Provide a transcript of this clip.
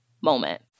moment